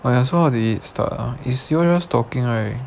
oh ya so how did it start ah is just you all talking right